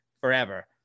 forever